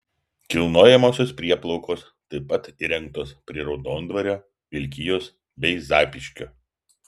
kilnojamosios prieplaukos taip pat įrengtos prie raudondvario vilkijos bei zapyškio